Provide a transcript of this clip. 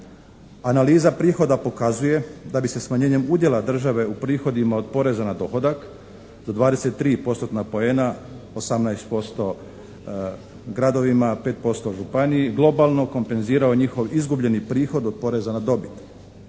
Analiza prihoda pokazuje da bi se smanjenjem udjela države u prihodima od poreza na dohodak za 23 postotna poena 18% gradovima, 5% županiji globalno kompenzirao njihov izgubljeni prihod od poreza na dobit.